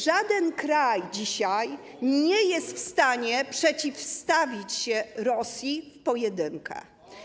Żaden kraj dzisiaj nie jest w stanie przeciwstawić się Rosji w pojedynkę.